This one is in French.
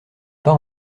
pas